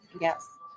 yes